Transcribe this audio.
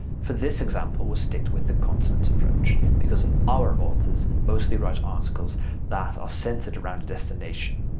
for this example, we'll stick with the continents approach, because our authors mostly write articles that are centered around a destination.